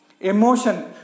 emotion